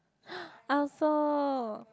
I also